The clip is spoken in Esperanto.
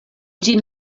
ĝin